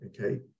Okay